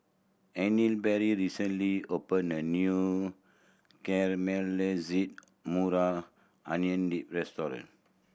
recently opened a new Caramelized Onion Dip restaurant